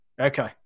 Okay